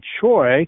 Choi